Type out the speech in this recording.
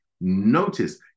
notice